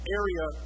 area